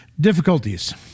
Difficulties